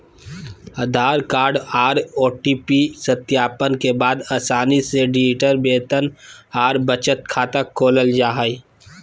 आधार card आर OTP सत्यापन के बाद आसानी से डिजिटल वेतन आर बचत खाता खोलल जा हय